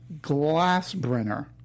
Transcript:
Glassbrenner